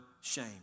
shame